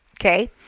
Okay